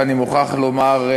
ואני מוכרח לומר,